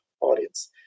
audience